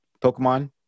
Pokemon